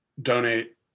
donate